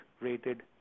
rated